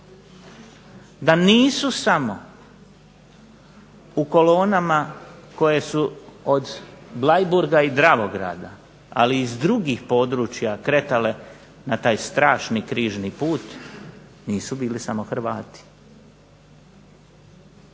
da nisu samo u kolonama koje su od Bleiburga i Dravograda, ali i iz drugih područja kretale na taj strašni križni put, nisu bili samo Hrvati.